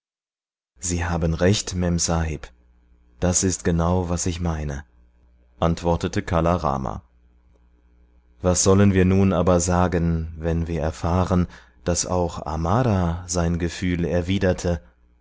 sie haben recht memsahib das ist genau was ich meine antwortete kala rama was sollen wir nun aber sagen wenn wir erfahren daß auch amara sein gefühl erwiderte